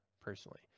personally